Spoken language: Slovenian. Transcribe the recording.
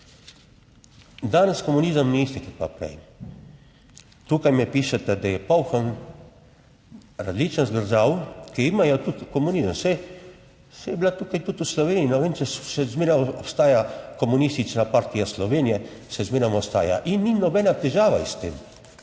Danes komunizem ni isti kot pa prej. Tukaj mi pišete, da je poln različnih držav, ki imajo tudi komunizem. Saj saj je bila tukaj tudi v Sloveniji, ne vem, če še zmeraj obstaja Komunistična partija Slovenije, še zmeraj ostaja in ni nobena težava s tem.